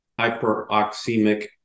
hyperoxemic